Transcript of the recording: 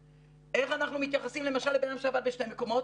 איך אנחנו מתייחסים למשל לבן אדם שעבד בשני מקומות,